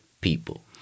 people